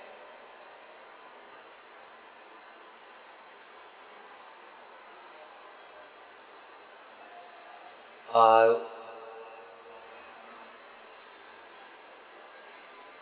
ah